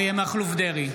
אריה מכלוף דרעי,